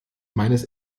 meines